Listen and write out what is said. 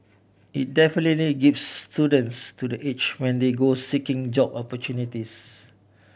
it definitely gives students to the edge when they go seeking job opportunities